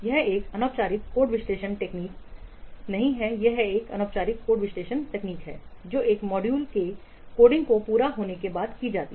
यह एक औपचारिक कोड विश्लेषण तकनीक नहीं है यह एक अनौपचारिक कोड विश्लेषण तकनीक है जो एक मॉड्यूल के कोडिंग के पूरा होने के बाद की जाती है